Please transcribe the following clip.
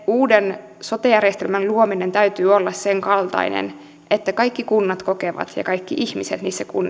uuden sote järjestelmän luomisen täytyy kyllä olla sen kaltainen että kaikki kunnat ja kaikki ihmiset niissä kunnissa